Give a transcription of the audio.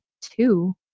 two